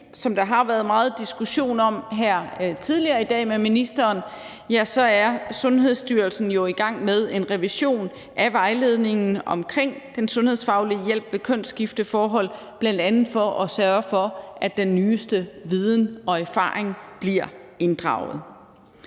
som der har været meget diskussion om her tidligere i dag med ministeren, så er Sundhedsstyrelsen jo i gang med en revision af vejledningen omkring den sundhedsfaglige hjælp ved kønsskifteforhold, bl.a. for at sørge for, at den nyeste viden og erfaring bliver inddraget.